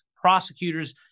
prosecutors